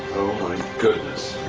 oh, my goodness.